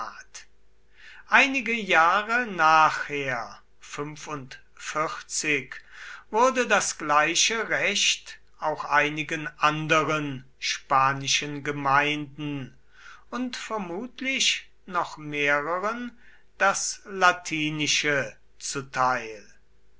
einige jahre nachher wurde das gleiche recht auch einigen anderen spanischen gemeinden und vermutlich noch mehreren das latinische zuteil